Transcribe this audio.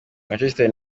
manchester